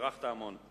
הארכת המון.